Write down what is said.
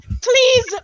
please